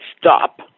stop